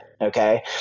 okay